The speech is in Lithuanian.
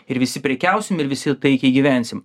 ir visi prekiausim ir visi taikiai gyvensim